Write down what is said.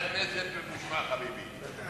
אני חבר כנסת ממושמע, חביבי.